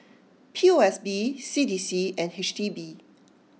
P O S B C D C and H D B